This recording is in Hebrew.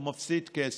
הוא מפסיד כסף,